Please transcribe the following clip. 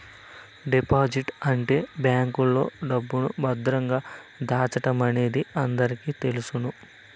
deposit అంటే బ్యాంకులో డబ్బును భద్రంగా దాచడమనేది అందరికీ తెలుసును